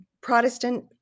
Protestant